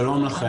שלום לכם.